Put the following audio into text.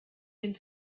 den